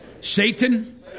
Satan